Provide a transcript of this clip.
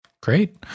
Great